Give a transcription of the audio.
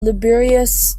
laborious